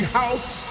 house